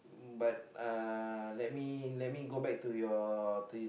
but uh let me let me go back to your to